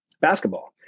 basketball